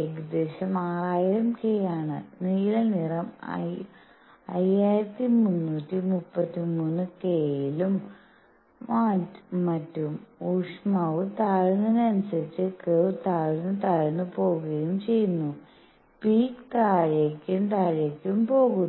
ഏകദേശം 6000 K ആണ് നീലനിറം 5333 k യിലും മറ്റും ഊഷ്മാവ് താഴുന്നതിനനുസരിച്ച് കർവ് താഴ്ന്നു താഴ്ന്നു പോകുകയും ചെയ്യുന്നു പീക്ക് താഴേക്കും താഴേക്കും പോകുന്നു